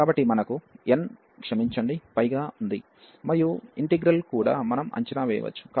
కాబట్టి మనకు n క్షమించండి ఉంది మరియు ఇంటిగ్రల్ కూడా మనం అంచనా వేయవచ్చు